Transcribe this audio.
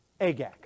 Agak